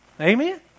Amen